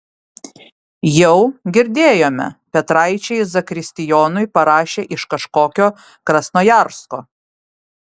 jau girdėjome petraičiai zakristijonui parašė iš kažkokio krasnojarsko